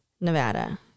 Nevada